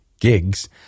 gigs